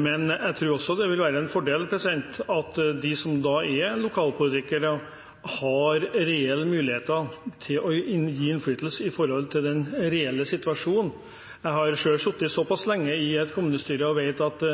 Men jeg tror også det vil være en fordel at de som er lokalpolitikere, har reelle muligheter til å øve innflytelse på den reelle situasjonen. Jeg har selv sittet såpass lenge i et kommunestyre at jeg vet at